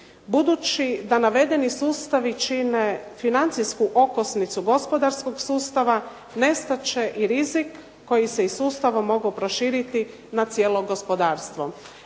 Budući da navedeni sustavi čine financijsku okosnicu gospodarskog sustava nestat će i rizik koji se i sustavom mogao proširiti na cijelo gospodarstvo.